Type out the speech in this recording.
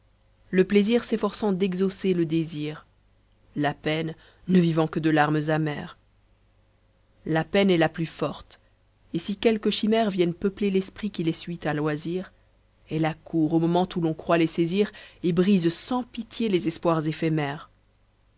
le plaisir s'efforçant d'exaucer le désir la peine ne vivant que de larmes amères la peine est la plus forte et si quelques chimères viennent peupler l'esprit qui les suit à loisir elle accourt au moment où l'on croit les saisir et brise sans pitié les espoirs éphémères